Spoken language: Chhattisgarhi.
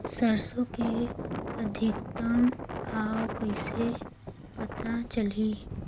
सरसो के अधिकतम भाव कइसे पता चलही?